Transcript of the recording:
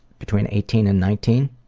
between eighteen and nineteen.